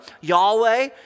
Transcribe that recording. Yahweh